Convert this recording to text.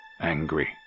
angry